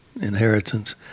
inheritance